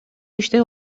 иште